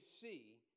see